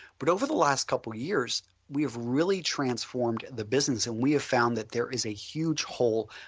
but over the last couple of years we have really transformed the business and we have found that there is a huge hole,